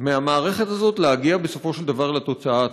מהמערכת הזאת להגיע בסופו של דבר לתוצאה הצודקת.